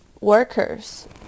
workers